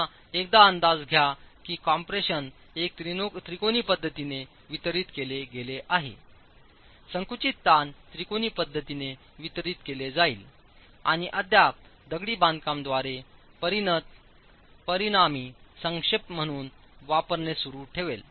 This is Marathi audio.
पुन्हा एकदा अंदाज घ्या की कम्प्रेशन एकात्रिकोणीपद्धतीनेवितरित केले गेले आहे संकुचित ताण त्रिकोणी पद्धतीने वितरित केले जाईल आपणअद्याप दगडी बांधकाम द्वारे परिणत परिणामी संक्षेप म्हणून वापरणे सुरू ठेवेल